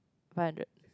five hundred